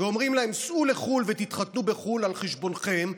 אומרים להם: סעו לחו"ל ותתחתנו בחו"ל על חשבונכם,